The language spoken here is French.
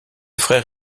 frère